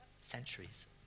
centuries